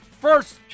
first